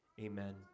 amen